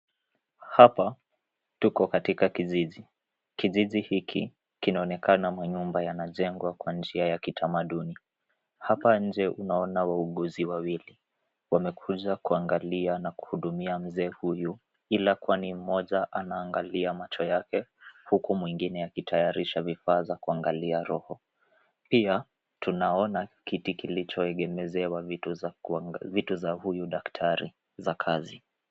Hapa, tuko katika kijiji. Kijiji hiki kinaonekana manyumba yanajengwa kwa njia ya kitamaduni. Hapa nje unaona wauguzi wawili. Wamekuja kuangalia na kuhudumia mzee huyu ila kwani mmoja anaangalia macho yake huku mwingine akitayarisha vifaa vya kuangalia roho. Pia tunaona kiti kilichoegemezewa vitu za huyu daktari za kazi.